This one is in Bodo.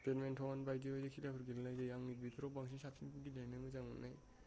बेडमिनटन बायदि बायदि खेलाफोर गेलेनाय जायो आं नैबेफ्राव बांसिन साबसिन गेलेनो मोजां मोनो